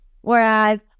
Whereas